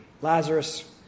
Lazarus